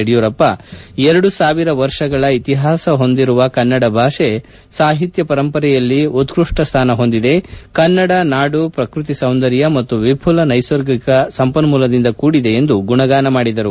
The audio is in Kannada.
ಯಡಿಯೂರಪ್ಪ ಎರಡು ಸಾವಿರ ವರ್ಷಗಳ ಇತಿಹಾಸ ಹೊಂದಿರುವ ಕನ್ನಡ ಭಾಷೆ ಸಾಹಿತ್ಯ ಪರಂಪರೆಯಲ್ಲಿ ಉತ್ನಷ್ಟ ಸ್ಥಾನ ಹೊಂದಿದೆ ಕನ್ನಡ ನಾಡು ಪ್ರಕೃತಿ ಸೌಂದರ್ಯ ಮತ್ತು ವಿಘುಲ ನೈಸರ್ಗಿಕ ಸಂಪನ್ಮೂಲದಿಂದ ಕೂಡಿದೆ ಎಂದು ಗುಣಗಾನ ಮಾಡಿದರು